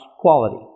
quality